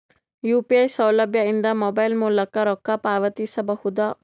UPI ಸೌಲಭ್ಯ ಇಂದ mobile ಮೂಲಕ ರೊಕ್ಕ ಪಾವತಿಸ ಬಹುದಾ?